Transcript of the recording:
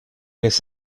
les